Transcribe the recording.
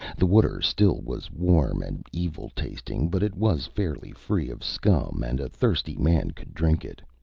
the water still was warm and evil-tasting, but it was fairly free of scum and a thirsty man could drink it.